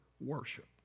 worship